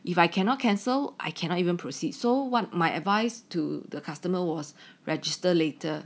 if I cannot cancel I cannot even proceed so what my advice to the customer was register later